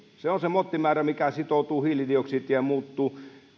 se on se mottimäärä mikä sitoo hiilidioksidia ja muuttuu